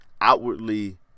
outwardly